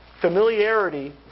familiarity